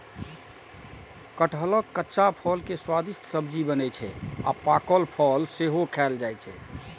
कटहलक कच्चा फल के स्वादिष्ट सब्जी बनै छै आ पाकल फल सेहो खायल जाइ छै